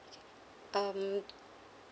um